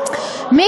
דחיתם?